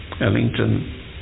Ellington